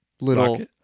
little